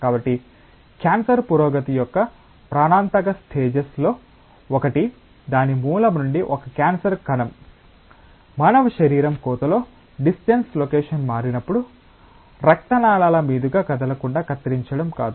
కాబట్టి క్యాన్సర్ పురోగతి యొక్క ప్రాణాంతక స్టేజెస్ లో ఒకటి దాని మూలం నుండి ఒక క్యాన్సర్ కణం మానవ శరీర కోతలో డిస్టెన్స్ లొకేషన్ మారినప్పుడు రక్త నాళాల మీదుగా కదలకుండా కత్తిరించడం కాదు